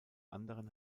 anderen